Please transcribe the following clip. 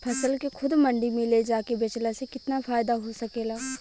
फसल के खुद मंडी में ले जाके बेचला से कितना फायदा हो सकेला?